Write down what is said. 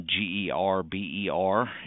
G-E-R-B-E-R